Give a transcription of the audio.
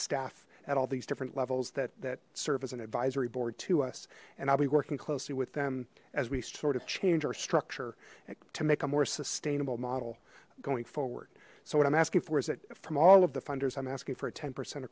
staff at all these different levels that that serve as an advisory board to us and i'll be working closely with them as we sort of change our structure and to make a more sustainable model going forward so what i'm asking for is that from all of the funders i'm asking for a ten percent